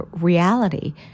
reality